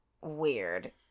weird